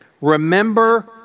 Remember